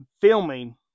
filming